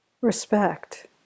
respect